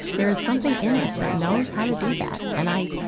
there is something in us that knows how to do that. and i